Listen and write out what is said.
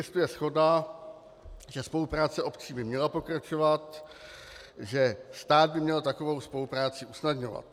Existuje shoda, že spolupráce obcí by měla pokračovat, že stát by měl takovou spolupráci usnadňovat.